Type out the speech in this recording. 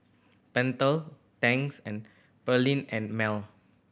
Pentel Tangs and Perllini and Mel